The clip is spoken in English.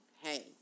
hey